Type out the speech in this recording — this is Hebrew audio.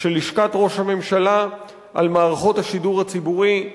של לשכת ראש הממשלה על מערכות השידור הציבורי,